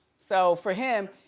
so for him,